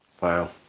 Wow